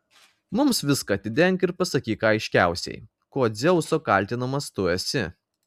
mums viską atidenk ir pasakyk aiškiausiai kuo dzeuso kaltinamas tu esi